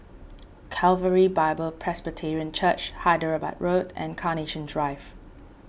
Calvary Bible Presbyterian Church Hyderabad Road and Carnation Drive